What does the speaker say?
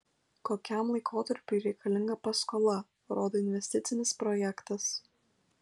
kokiam laikotarpiui reikalinga paskola rodo investicinis projektas